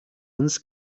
uns